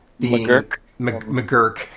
McGurk